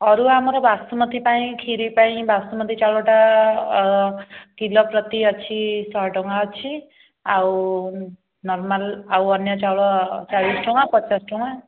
ଅରୁଆ ଆମର ବାସୁମତି ପାଇଁ ଖିରି ପାଇଁ ବାସୁମତି ଚାଉଳଟା କିଲୋ ପ୍ରତି ଅଛି ଶହେ ଟଙ୍କା ଅଛି ଆଉ ନର୍ମାଲ୍ ଆଉ ଅନ୍ୟ ଚାଉଳ ଚାଳିଶ ଟଙ୍କା ପଚାଶ ଟଙ୍କା